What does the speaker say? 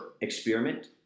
experiment